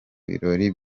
birori